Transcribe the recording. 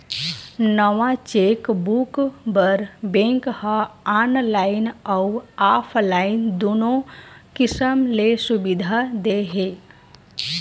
नवा चेकबूक बर बेंक ह ऑनलाईन अउ ऑफलाईन दुनो किसम ले सुबिधा दे हे